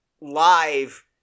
live